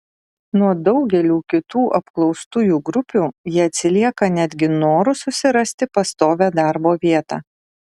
nuo daugelių kitų apklaustųjų grupių jie atsilieka netgi noru susirasti pastovią darbo vietą